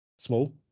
Small